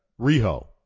Riho